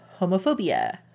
homophobia